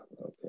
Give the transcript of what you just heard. okay